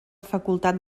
facultat